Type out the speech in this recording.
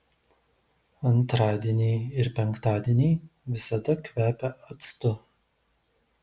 antradieniai ir penktadieniai visada kvepia actu